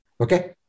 Okay